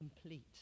complete